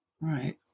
Right